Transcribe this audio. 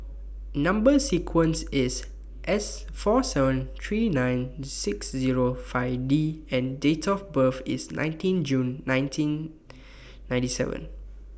Number sequence IS S four seven three nine six Zero five D and Date of birth IS nineteen June nineteen ninety seven